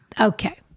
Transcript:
Okay